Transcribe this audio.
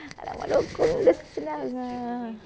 a~ lah want lo~ go let's say lah nga~